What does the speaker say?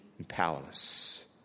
powerless